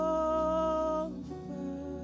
over